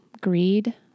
Greed